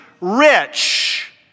rich